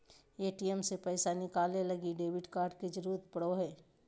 ATM से पैसा निकाले लगी डेबिट कार्ड के जरूरत पड़ो हय